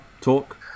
talk